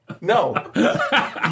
No